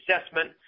assessment